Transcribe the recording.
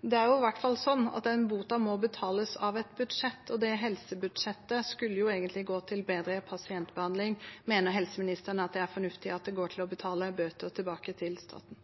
Det er i hvert fall sånn at den boten må betales av et budsjett, og det helsebudsjettet skulle jo egentlig gå til bedre pasientbehandling. Mener helseministeren at det er fornuftig at det går til å betale bøter tilbake til staten?